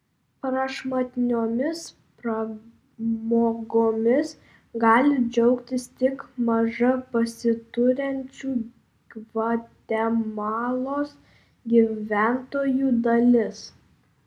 prašmatniomis pramogomis gali džiaugtis tik maža pasiturinčių gvatemalos gyventojų dalis